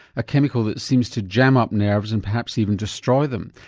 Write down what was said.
a chemical that seems to jam up nerves and perhaps even destroy them.